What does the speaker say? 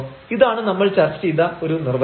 ഇതാണ് നമ്മൾ ചർച്ച ചെയ്ത ഒരു നിർവചനം